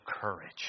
courage